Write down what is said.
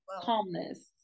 calmness